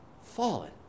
fallen